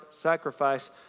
sacrifice